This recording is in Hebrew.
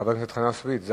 חבר הכנסת חנא סוייד?